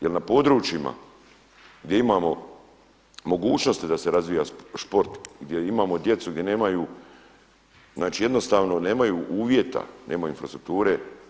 Jer na područjima gdje imamo mogućnosti da se razvija šport, gdje imamo djecu gdje nemaju, znači jednostavno nemaju uvjeta, nema infrastrukture.